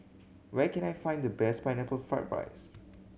where can I find the best Pineapple Fried rice